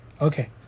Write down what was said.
Okay